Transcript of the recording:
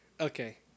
Okay